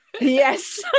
Yes